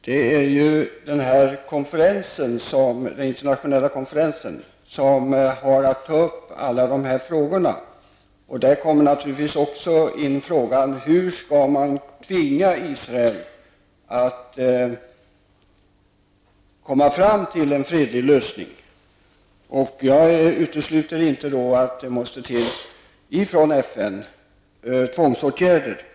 Herr talman! Det är den internationella konferensen som har att ta upp alla de här frågorna. Till dem hör naturligtvis också frågan, hur man skall tvinga Israel till en fredlig lösning. Jag utesluter inte att det måste till tvångsåtgärder från FN.